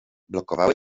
blokowały